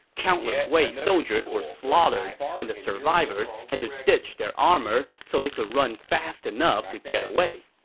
countless wei soldiers were slaughtered, and the survivors had to ditch their armor so they could run fast enough to get away.